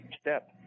step